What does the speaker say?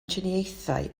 triniaethau